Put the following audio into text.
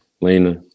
Lena